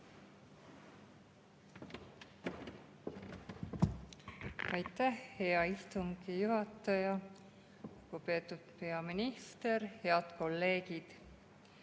Aitäh, hea istungi juhataja! Lugupeetud peaminister! Head kolleegid!